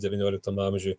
devynioliktam amžiuj